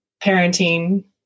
parenting